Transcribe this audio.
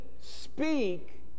speak